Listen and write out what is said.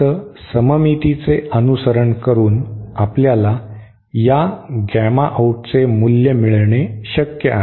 फक्त सममितीचे अनुसरण करून आपल्याला या गॅमाआऊट चे मूल्य मिळणे शक्य आहे